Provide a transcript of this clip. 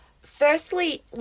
Firstly